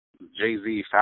Jay-Z